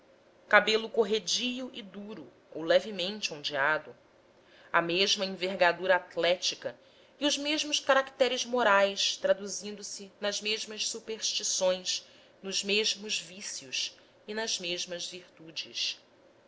cabelo corredio e duro ou levemente ondeado a mesma envergadura atlética e os mesmos caracteres morais traduzindo se nas mesmas superstições nos mesmos vícios e nas mesmas virtudes